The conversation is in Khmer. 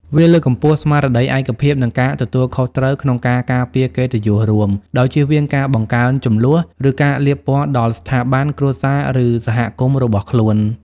វាលើកកម្ពស់ស្មារតីឯកភាព និងការទទួលខុសត្រូវក្នុងការការពារកិត្តិយសរួម ដោយជៀសវាងការបង្កើនជម្លោះ ឬការលាបពណ៌ដល់ស្ថាប័ន គ្រួសារ ឬសហគមន៍របស់ខ្លួន។